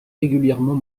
régulièrement